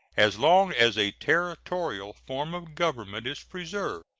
as long as a territorial form of government is preserved,